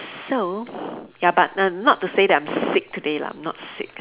so ya but n~ not to say that I'm sick today lah I'm not sick